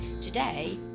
Today